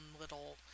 little